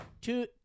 two